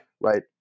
Right